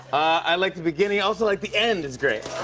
i like the beginning i also like the end is great.